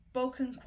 spoken